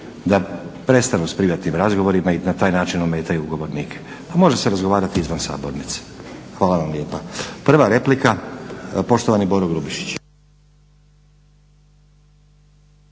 da prestanu s privatnim razgovorima i na taj način ometaju govornike. Pa može se razgovarati izvan sabornice. Hvala vam lijepa. Prva replika, poštovani Boro Grubišić.